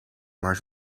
maar